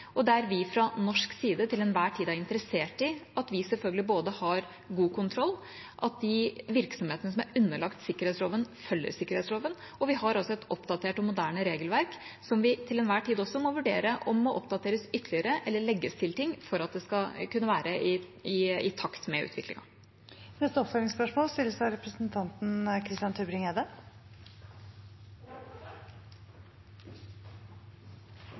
og der vi fra norsk side til enhver tid er interessert i at vi selvfølgelig både har god kontroll, og at de virksomhetene som er underlagt sikkerhetsloven, følger sikkerhetsloven. Vi har også et oppdatert og moderne regelverk, som vi til enhver tid også må vurdere om må oppdateres ytterligere, eller om det må legges til ting for at det skal kunne være i takt med utviklingen. Christian Tybring-Gjedde – til oppfølgingsspørsmål.